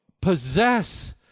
possess